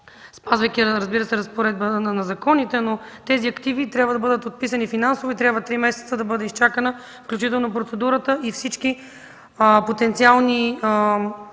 спазвайки, разбира се, разпоредбите на законите, но тези активи трябва да бъдат отписани финансово и трябва три месеца да се изчака процедурата, включително всички потенциални